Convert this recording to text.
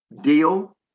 deal